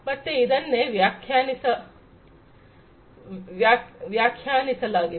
ಮತ್ತೆ ಅದನ್ನೇ ವ್ಯಾಖ್ಯಾನಿಸಲಾಗಿದ